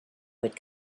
would